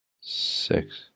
six